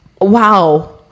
wow